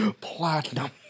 platinum